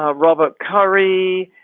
ah robert, khari,